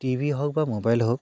TV হওক বা mobile হওক